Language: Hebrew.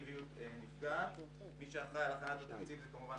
אגף התקציבים אחראי להכנת תקציב המדינה ולהגשתו לממשלה.